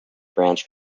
branch